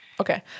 Okay